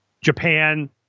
Japan